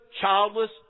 childless